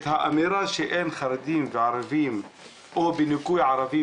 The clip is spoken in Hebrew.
את האמירה שאין חרדים וערבים או בניכוי ערבים